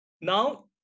Now